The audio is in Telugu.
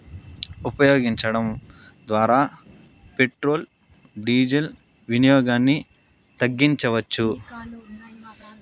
ఉపయోగించడం ద్వారా పెట్రోల్ డీజిల్ వినియోగాన్ని తగ్గించవచ్చు